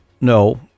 No